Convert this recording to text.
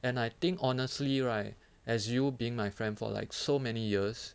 and I think honestly right as you being my friend for like so many years